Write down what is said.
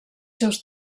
seus